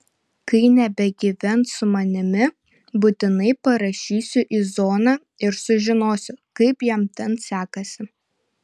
kai nebegyvens su manimi būtinai parašysiu į zoną ir sužinosiu kaip jam ten sekasi